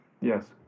Yes